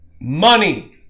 Money